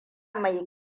mai